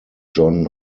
john